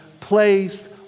placed